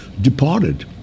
Departed